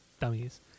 dummies